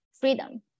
freedom